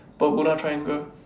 Bermuda Triangle